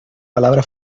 palabra